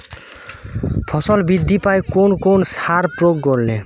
ফসল বৃদ্ধি পায় কোন কোন সার প্রয়োগ করলে?